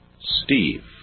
Steve